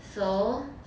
so